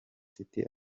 city